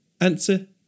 Answer